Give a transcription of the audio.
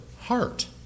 heart